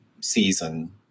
season